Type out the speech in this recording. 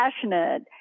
passionate